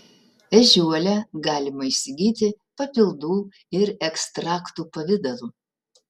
ežiuolę galima įsigyti papildų ir ekstraktų pavidalu